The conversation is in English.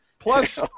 Plus